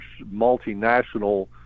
multinational